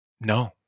No